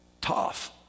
tough